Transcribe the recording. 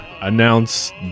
announce